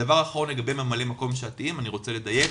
לגבי ממלאי מקום שעתיים, אני רוצה לדייק